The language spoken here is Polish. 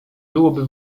byłoby